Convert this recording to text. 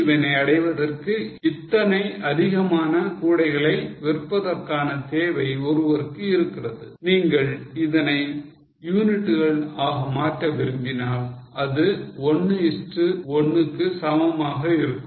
Breakeven ஐ அடைவதற்கு இத்தனை அதிகமான கூடைகளை விற்பதற்கான தேவை ஒருவருக்கு இருக்கிறது நீங்கள் இதனை யூனிட்டுகள் ஆக மாற்ற விரும்பினால் அது 1 is to 1 க்கு சமமாக இருக்கும்